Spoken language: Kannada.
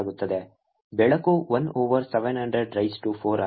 ಬೆಳಕು 1 ಓವರ್ 700 ರೈಸ್ ಟು 4 ಆಗಿದೆ